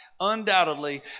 undoubtedly